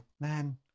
man